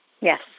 Yes